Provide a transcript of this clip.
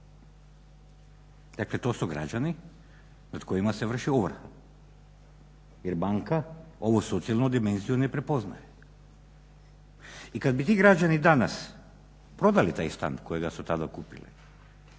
Dakle, to su građani nad kojima se vrši ovrha jer banka ovo socijalnu dimenziju ne prepoznaje. I kad bi ti građani danas prodali taj stan kojega su tada otkupili